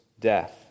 Death